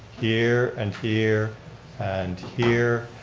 here and here and here,